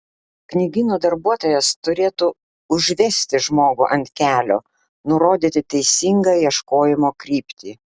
knygyno darbuotojas turėtų užvesti žmogų ant kelio nurodyti teisingą ieškojimo kryptį